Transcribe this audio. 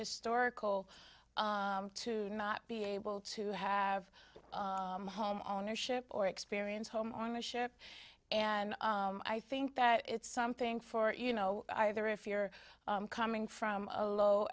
historical to not be able to have home ownership or experience home on the ship and i think that it's something for you know either if you're coming from a low